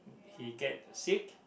he get sick